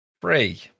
Three